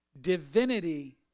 divinity